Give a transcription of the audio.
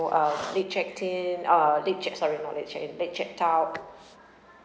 or uh late check-in uh late check sorry not late check-in late check-out